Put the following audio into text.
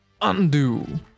Undo